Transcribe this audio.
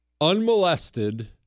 unmolested